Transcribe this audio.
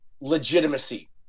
legitimacy